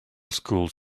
schools